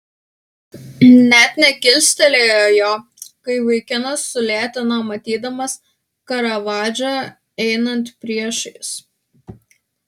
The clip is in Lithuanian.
net nekilstelėjo jo kai vaikinas sulėtino matydamas karavadžą einant priešais